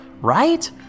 right